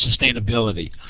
sustainability